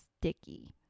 sticky